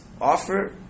offer